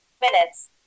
minutes